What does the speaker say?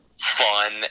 fun